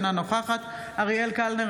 אינה נוכחת אריאל קלנר,